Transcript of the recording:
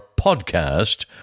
podcast